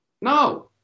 No